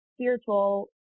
spiritual